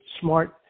smart